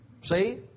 See